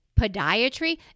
Podiatry